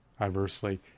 adversely